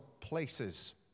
places